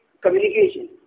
communication